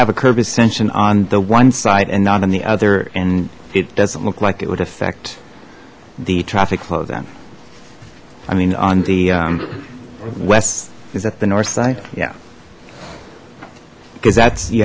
have a curved ascension on the one side and not on the other and it doesn't look like it would affect the traffic flow then i mean on the wes is at the north side yeah because that's you